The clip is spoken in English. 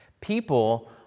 people